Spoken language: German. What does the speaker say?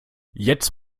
jetzt